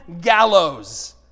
gallows